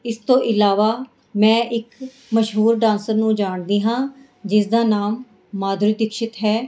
ਇਸ ਤੋਂ ਇਲਾਵਾ ਮੈਂ ਇੱਕ ਮਸ਼ਹੂਰ ਡਾਂਸਰ ਨੂੰ ਜਾਣਦੀ ਹਾਂ ਜਿਸ ਦਾ ਨਾਮ ਮਾਧੁਰੀ ਦੀਕਸ਼ਿਤ ਹੈ